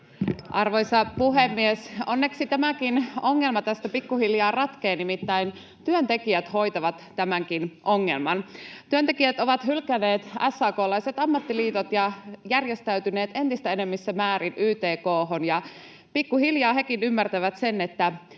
Arvoisa puhemies! Onneksi tämäkin ongelma tästä pikkuhiljaa ratkeaa, nimittäin työntekijät hoitavat tämänkin ongelman. Työntekijät ovat hylänneet SAK:laiset ammattiliitot ja järjestäytyneet entistä enemmissä määrin YTK:hon. Pikkuhiljaa hekin ymmärtävät sen, missä